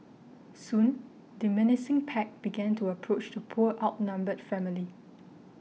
soon the menacing pack began to approach the poor outnumbered family